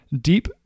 Deep